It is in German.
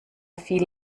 fiel